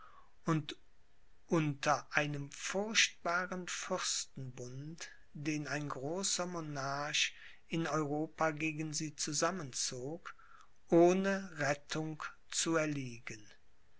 und unter einem furchtbaren fürstenbund den ein großer monarch in europa gegen sie zusammenzog ohne rettung zu erliegen